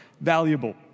valuable